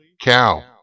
cow